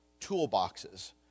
toolboxes